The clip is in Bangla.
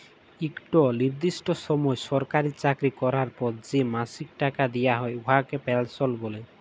ইকট লিরদিষ্ট সময় সরকারি চাকরি ক্যরার পর যে মাসিক টাকা দিয়া হ্যয় উয়াকে পেলসল্ ব্যলে